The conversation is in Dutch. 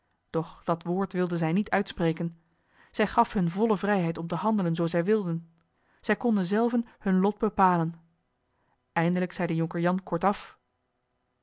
doch dat woord wilde zij niet uitspreken zij gaf hun volle vrijheid om te handelen zoo zij wilden zij konden zelven hun lof bepalen eindelijk zeide jonker jan kortaf